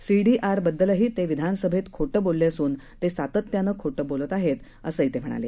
सीडीआरबद्दलही ते विधानसभेत खोटं बोलले असून ते सातत्यानं खोटं बोलत आहेत असं ते म्हणाले